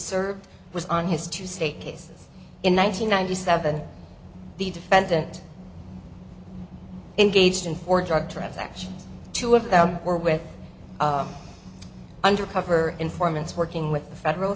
served was on his two state cases in one nine hundred ninety seven the defendant engaged in for drug transactions two of them were with undercover informants working with the federal